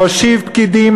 להושיב פקידים,